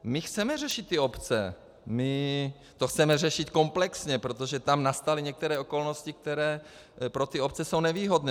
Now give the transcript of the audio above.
My chceme řešit obce, chceme to řešit komplexně, protože tam nastaly některé okolnosti, které pro obce jsou nevýhodné.